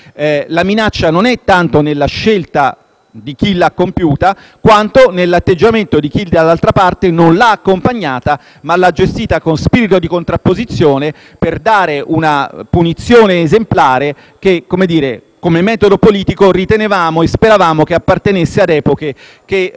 quanto nell'atteggiamento di chi, dall'altra parte, non l'ha accompagnata, ma l'ha gestita con spirito di contrapposizione, per dare una punizione esemplare che, come metodo politico, ritenevamo e speravamo appartenesse ad epoche che pensavamo di esserci lasciati alle spalle. *(Applausi